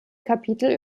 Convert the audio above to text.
kapitel